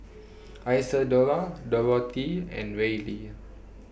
Isadora Dorothea and Reilly